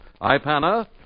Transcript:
iPana